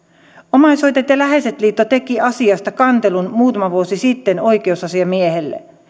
omaishoitajat ja läheiset liitto teki asiasta kantelun muutama vuosi sitten oikeusasiamiehelle